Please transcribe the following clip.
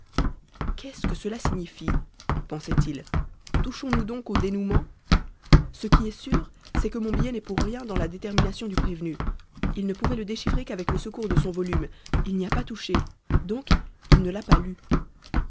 qu'est-ce que cela signifie pensait-il touchons nous donc au dénoûment ce qui est sûr c'est que mon billet n'est pour rien dans la détermination du prévenu il ne pouvait le déchiffrer qu'avec le secours de son volume il n'y a pas touché donc il ne l'a pas lu